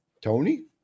Tony